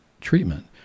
treatment